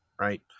right